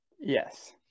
Yes